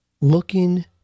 looking